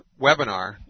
webinar